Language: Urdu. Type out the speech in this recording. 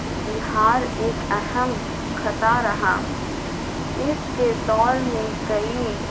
بہار ایک اہم خطہ رہا اس کے دور میں کئی